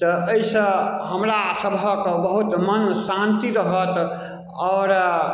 तऽ एहिसँ हमरासबके बहुत मोन शान्ति रहत आओर